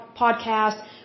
podcast